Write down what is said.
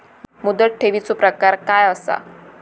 मुदत ठेवीचो प्रकार काय असा?